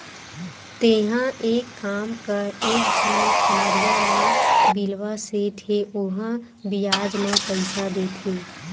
तेंहा एक काम कर एक झन खम्हरिया म बिलवा सेठ हे ओहा बियाज म पइसा देथे